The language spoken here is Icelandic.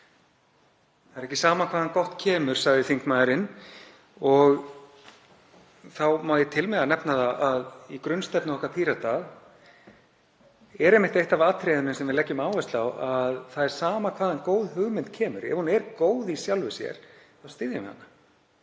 Það er ekki sama hvaðan gott kemur, sagði þingmaðurinn. Þá má ég til með að nefna að í grunnstefnu okkar Pírata er einmitt eitt af atriðunum sem við leggjum áherslu á að það er sama hvaðan góð hugmynd kemur; ef hún er góð í sjálfu sér þá styðjum við hana,